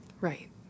Right